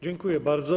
Dziękuję bardzo.